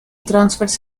transfers